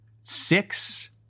six